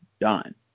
done